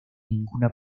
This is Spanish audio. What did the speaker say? ninguna